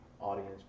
audience